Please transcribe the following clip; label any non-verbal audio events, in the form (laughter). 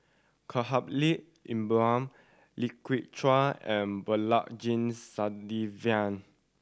Khalil Ibrahim Lai Kew Chai and Balaji (unintelligible)